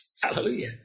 Hallelujah